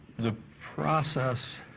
the process,